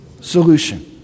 solution